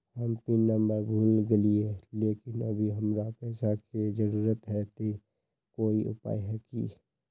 हम PIN number भूल गेलिये लेकिन अभी हमरा पैसा के जरुरत है ते कोई उपाय है की?